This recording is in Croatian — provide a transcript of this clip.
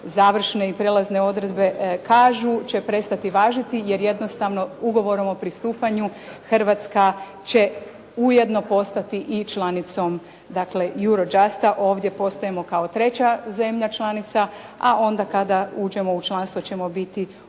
završne i prijelazne odredbe kažu će prestati važiti jer jednostavno ugovorom o pristupanju Hrvatska će ujedno postati i članicom Eurojust-a, ovdje postojimo kao treća zemlja članica, a onda kada uđemo u članstvo ćemo biti uključeni